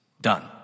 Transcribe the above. Done